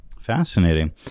Fascinating